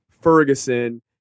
Ferguson